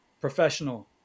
professional